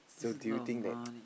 so do you think that